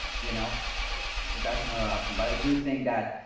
you know, and so that's another option. but i do think that,